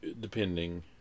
depending